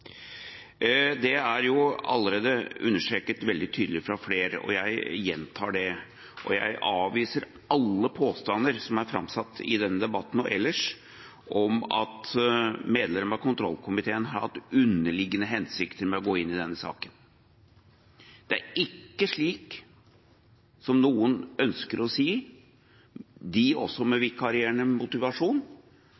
Det er allerede understreket veldig tydelig fra flere, og jeg gjentar det. Jeg avviser alle påstander som er framsatt i denne debatten, og ellers, om at medlemmer av kontrollkomiteen har hatt underliggende hensikter med å gå inn i denne saken. Det er ikke slik, som noen ønsker å si – også de med vikarierende motivasjon